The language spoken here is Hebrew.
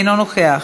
אינו נוכח,